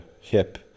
hip